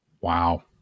Wow